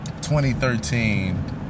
2013